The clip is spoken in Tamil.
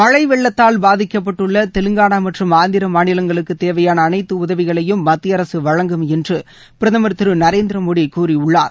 மழை வெள்ளத்தால் பாதிக்கப்பட்டுள்ள தெலங்கானா மற்றும் ஆந்திர மாநிலங்களுக்கு தேவையான அனைத்து உதவிகளையும் மத்திய அரசு வழங்கும் என்று பிரதமர் திரு நரேந்திரமோடி கூறியுள்ளார்